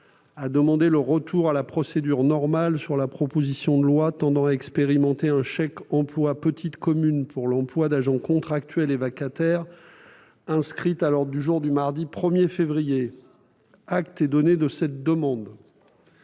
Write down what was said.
a demandé le retour à la procédure normale sur la proposition de loi tendant à expérimenter un chèque emploi petites communes pour l'emploi d'agents contractuels et vacataires inscrite à l'ordre du jour du mardi 1 février prochain. Acte est donné de cette demande.